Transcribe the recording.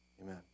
amen